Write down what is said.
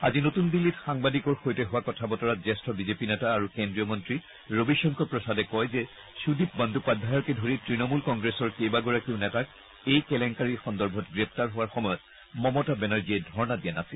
আজি নতুন দিল্লীত সাংবাদিকৰ সৈতে হোৱা কথা বতৰাত জ্যেষ্ঠ বিজেপি নেতা আৰু কেন্দ্ৰীয় মন্ত্ৰী ৰবি শংকৰ প্ৰসাদে কয় যে সুদীপ বন্দোপধ্যায়কে ধৰি তণমূল কংগ্ৰেছৰ কেইবাগৰাকীও নেতাক এই কেলেংকাৰী সন্দৰ্ভত গ্ৰেপ্তাৰ হোৱাৰ সময়ত মমতা বেনাৰ্জীয়ে ধৰ্ণা দিয়া নাছিল